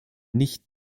nicht